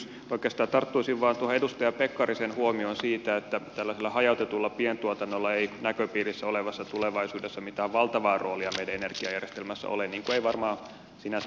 oikeastaan tarttuisin vain tuohon edustaja pekkarisen huomioon siitä että tällaisella hajautetulla pientuotannolla ei näköpiirissä olevassa tulevaisuudessa mitään valtavaa roolia meidän energiajärjestelmässä ole niin kuin ei varmaan sinänsä olekaan